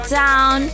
down